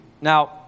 Now